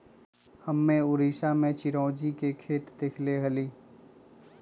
हम्मे उड़ीसा में चिरौंजी के खेत देखले हली